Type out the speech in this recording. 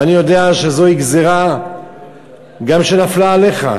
ואני יודע שזוהי גזירה שנפלה גם עליך,